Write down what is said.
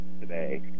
today